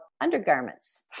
undergarments